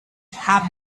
have